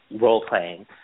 role-playing